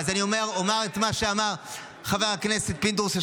אז אני אומר את מה שאמר חבר הכנסת פינדרוס.